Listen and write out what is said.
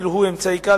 אפילו הוא אמצעי קל,